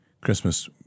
Christmas